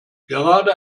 gerade